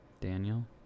Daniel